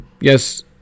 Yes